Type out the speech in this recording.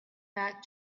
back